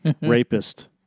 Rapist